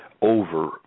over